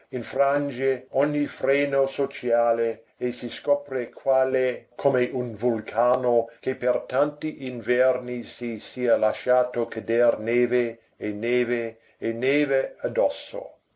infrange ogni freno sociale e si scopre qual è come un vulcano che per tanti inverni si sia lasciato cader neve e neve e neve addosso